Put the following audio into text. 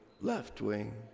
left-wing